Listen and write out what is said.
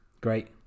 Great